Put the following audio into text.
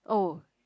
oh